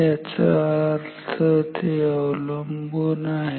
याचा अर्थ ते अवलंबून आहे